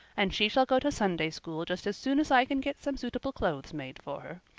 and she shall go to sunday-school just as soon as i can get some suitable clothes made for